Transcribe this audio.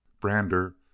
Brander